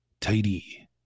Tidy